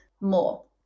more